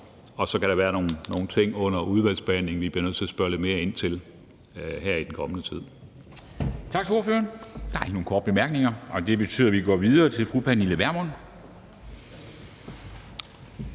Og så kan der være nogle ting under udvalgsbehandlingen, som vi bliver nødt til at spørge lidt mere ind til her i den kommende tid.